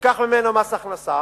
נלקח ממנו מס הכנסה